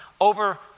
over